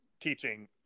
teaching